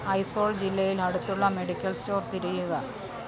ഐസോൾ ജില്ലയിൽ അടുത്തുള്ള medical store തിരയുക